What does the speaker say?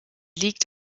liegt